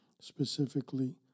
specifically